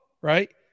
right